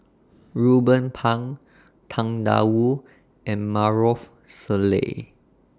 Ruben Pang Tang DA Wu and Maarof Salleh